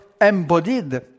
embodied